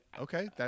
Okay